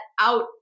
out